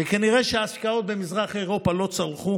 וכנראה שההשקעות במזרח אירופה לא צלחו.